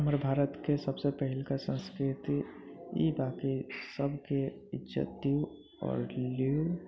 हमर भारतके सभसँ पहिलका संस्कृति ई बा कि सभके इज्जत दियौ आओर लिय